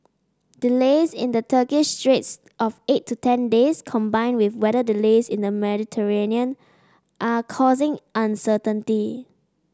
delays in the Turkish straits of eight to ten days combined with weather delays in the Mediterranean are causing uncertainty